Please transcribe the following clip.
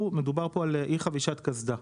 מדובר פה על אי חבישת קסדה.